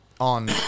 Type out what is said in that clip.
on